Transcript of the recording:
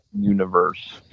universe